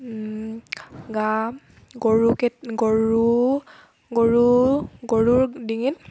গা গৰু কেত গৰু গৰু গৰুৰ ডিঙিত